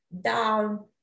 down